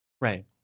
Right